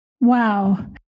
Wow